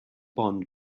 bond